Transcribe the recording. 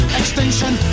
extinction